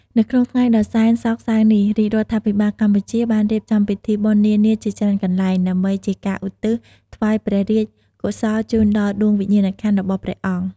នៅក្នុងថ្ងៃដ៏សែនសោកសៅនេះ រាជរដ្ឋាភិបាលកម្ពុជាបានរៀបចំពិធីបុណ្យនានាជាច្រើនកន្លែង ដើម្បីជាការឧទ្ទិសថ្វាយព្រះរាជកុសលជូនដល់ដួងព្រះវិញ្ញាណក្ខន្ធរបស់ព្រះអង្គ។